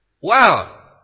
Wow